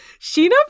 Sheena